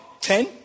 ten